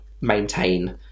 maintain